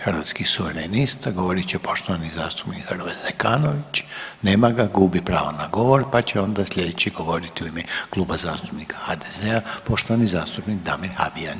Hrvatskih suverenista, govorit će poštovani zastupnik Hrvoje Zekanović, nema ga, gubi pravo na govor, pa će onda slijedeći govoriti u ime Kluba zastupnika HDZ-a poštovani zastupnik Damir Habijan.